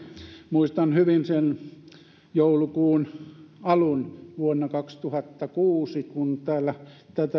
muistan hyvin sen joulukuun alun vuonna kaksituhattakuusi kun täällä